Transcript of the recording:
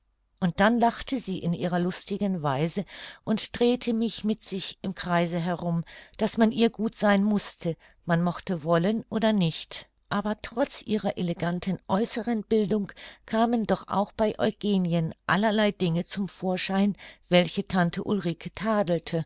und dann lachte sie in ihrer lustigen weise und drehte mich mit sich im kreise herum daß man ihr gut sein mußte man mochte wollen oder nicht aber trotz ihrer eleganten äußeren bildung kamen doch auch bei eugenien allerlei dinge zum vorschein welche tante ulrike tadelte